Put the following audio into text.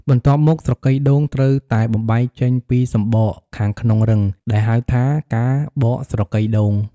បន្ទាប់មក ស្រកីដូងត្រូវតែបំបែកចេញពីសំបកខាងក្នុងរឹង ដែលហៅថា ការបកស្រកីដូង។